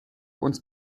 uns